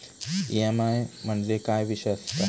EMI म्हणजे काय विषय आसता?